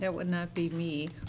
yeah would not be me.